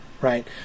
right